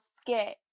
skit